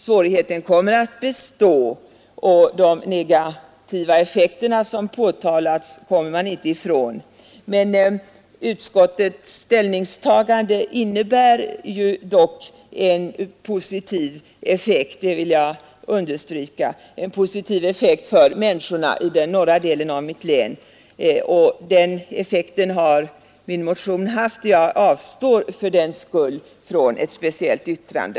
Svårigheterna kommer att bestå, och de negativa effekterna som påtalats kommer man inte ifrån. Men jag vill understryka att utskottets ställningstagande får en positiv effekt för människorna i den norra delen av mitt län. Eftersom min motion har haft den effekten avstår jag från ett speciellt yrkande.